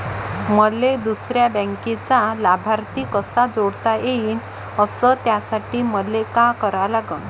मले दुसऱ्या बँकेचा लाभार्थी कसा जोडता येईन, अस त्यासाठी मले का करा लागन?